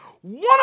One